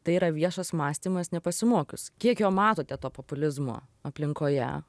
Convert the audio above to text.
tai yra viešas mąstymas nepasimokius kiek jo matote to populizmo aplinkoje